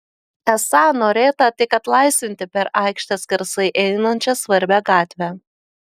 esą norėta tik atlaisvinti per aikštę skersai einančią svarbią gatvę